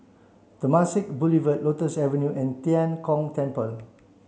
Temasek Boulevard Lotus Avenue and Tian Kong Temple